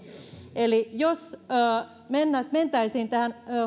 eli jos mentäisiin tähän